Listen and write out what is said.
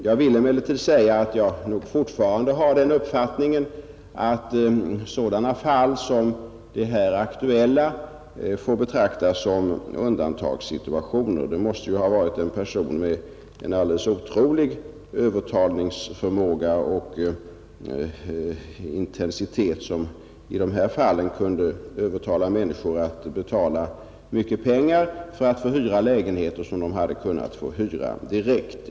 Jag vill emellertid säga att jag nog fortfarande har den uppfattningen att sådana fall som det nu aktuella måste betraktas som undantag. Det måste i detta fall ha varit en person med en alldeles otrolig övertalningsförmåga och intensitet som har kunnat övertala människor att betala mycket pengar för att få hyra lägenheter som de hade kunnat få hyra direkt.